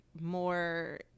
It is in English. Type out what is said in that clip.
more